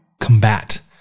Combat